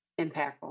impactful